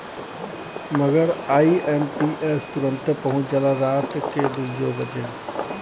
मगर आई.एम.पी.एस तुरन्ते पहुच जाला राट के दुइयो बजे